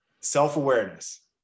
self-awareness